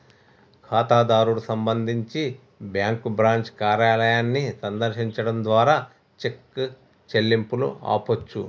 ఖాతాదారుడు సంబంధించి bank branch కార్యాలయాన్ని సందర్శించడం ద్వారా చెక్ చెల్లింపును ఆపొచ్చు